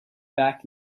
back